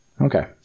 Okay